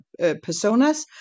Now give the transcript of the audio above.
personas